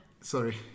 sorry